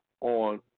on